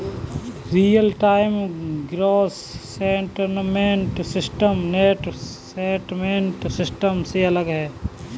real time gross settlement system net settlement system से अलग है